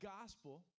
gospel